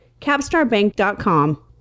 capstarbank.com